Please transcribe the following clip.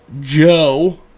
Joe